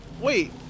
Wait